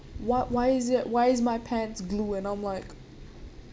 why why is it why is my pants glue and I'm like